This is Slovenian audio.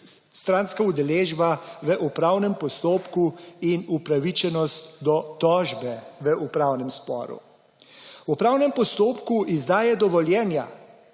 stranska udeležba v upravnem postopku in upravičenost do tožbe v upravnem sporu. V upravnem postopku izdaje dovoljenja,